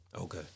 Okay